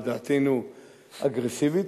לדעתנו אגרסיבית,